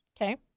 okay